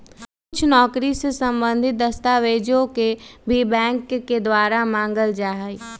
कुछ नौकरी से सम्बन्धित दस्तावेजों के भी बैंक के द्वारा मांगल जा हई